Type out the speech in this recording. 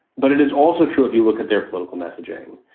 but it is also true if you look at their political messaging,